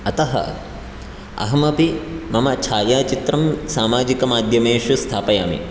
अतः अहमपि मम छायाचित्रं सामाजिकमाध्यमेषु स्थापयामि